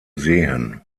sehen